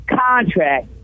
contract